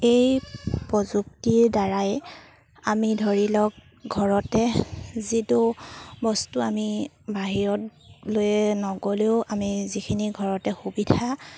এই প্ৰযুক্তিৰ দ্বাৰাই আমি ধৰি লওক ঘৰতে যিটো বস্তু আমি বাহিৰত লৈয়ে নগ'লেও আমি যিখিনি ঘৰতে সুবিধা